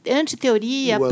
anti-teoria